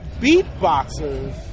Beatboxers